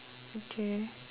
okay